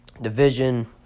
division